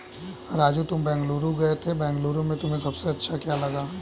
राजू तुम बेंगलुरु गए थे बेंगलुरु में तुम्हें सबसे अच्छा क्या लगा?